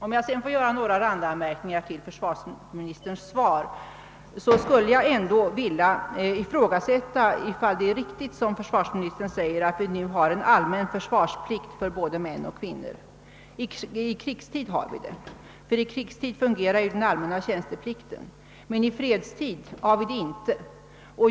Om jag sedan får göra några randanmärkningar till försvarsministerns svar, skulle jag ändå vilja ifrågasätta huruvida det är riktigt som försvarsministern säger, att vi nu har en allmän försvarsplikt för både män och kvinnor. I krigstid har vi det, ty i krigstid fungerar den allmänna tjänsteplikten. Men i fredstid har vi det inte.